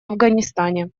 афганистане